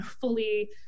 fully